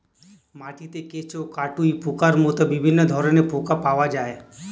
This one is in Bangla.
মাটিতে কেঁচো, কাটুই পোকার মতো বিভিন্ন ধরনের পোকা পাওয়া যায়